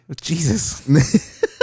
jesus